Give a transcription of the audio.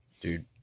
Dude